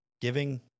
giving